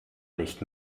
nicht